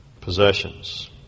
possessions